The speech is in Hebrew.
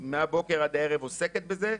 מהבוקר עד הערב עוסקת בזה.